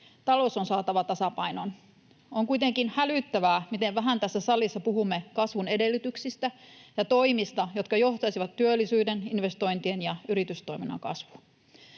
Talous on saatava tasapainoon. On kuitenkin hälyttävää, miten vähän tässä salissa puhumme kasvun edellytyksistä ja toimista, jotka johtaisivat työllisyyden, investointien ja yritystoiminnan kasvuun.